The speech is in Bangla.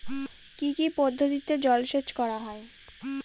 কি কি পদ্ধতিতে জলসেচ করা হয়?